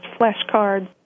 flashcards